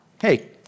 hey